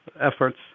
efforts